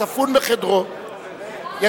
ספון בחדרו,